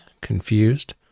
confused